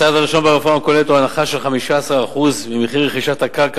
הצעד הראשון ברפורמה הכוללת הוא הנחה של 15% ממחיר רכישת הקרקע